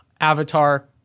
Avatar